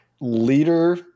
leader